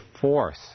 force